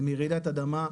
זה מרעידת אדמה.